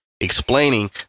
explaining